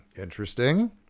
Interesting